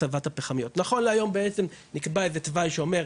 המחז"מים יתחילו לפעול בינואר